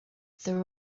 there